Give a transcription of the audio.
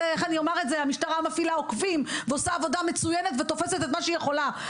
המשטרה מפעילה עוקבים ותופסת כל מה שביכולתה ועושה עבודה מצוינת.